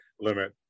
limit